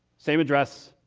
same address,